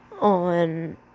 on